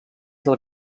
del